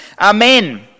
amen